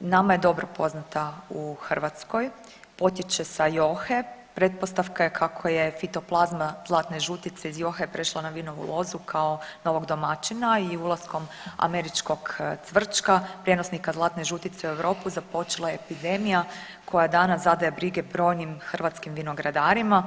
nama je dobro poznata u Hrvatskoj, potječe sa Johe, pretpostavka je kako je fitoplazma zlatne žutice iz Johe prešla na vinovu lozu kao novog domaćina i ulaskom američkog cvrčka prijenosnika znatne žutice u Europu započela je epidemija koja danas zadaje brige brojnim hrvatskim vinogradarima.